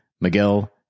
Miguel